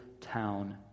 town